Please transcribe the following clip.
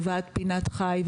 ועדת פינת חי,